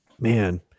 man